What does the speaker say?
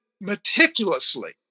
meticulously